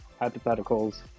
hypotheticals